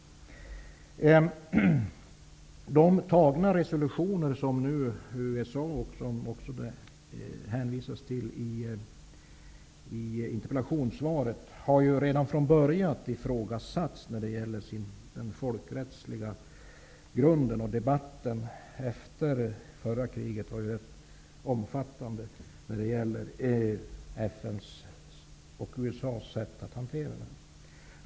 De antagna resolutioner som hänvisas till i interpellationssvaret har redan från början ifrågasatts när det gäller den folkrättsliga grunden. Debatten om FN:s och USA:s agerande efter det förra kriget var ju rätt omfattande.